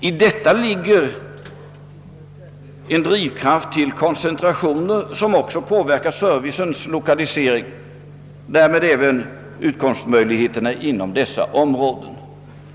I detta ligger en drivkraft till koncentration, som också påverkar servicens lokalisering och därmed även <:utkomstmöjligheterna inom detta område.